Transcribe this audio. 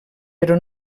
però